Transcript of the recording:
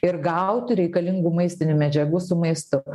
ir gauti reikalingų maistinių medžiagų su maistu